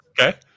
okay